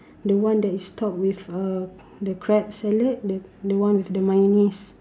the one that is top with uh the crab salad the the one with the mayonnaise